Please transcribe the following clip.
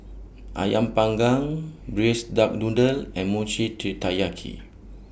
Ayam Panggang Braised Duck Noodle and Mochi Taiyaki